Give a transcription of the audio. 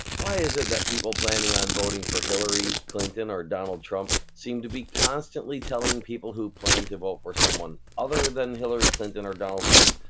why is it that people planning on voting for hillary clinton or donald trump, seem to be constantly telling people who plan to vote for someone other than hillary clinton or donald trump,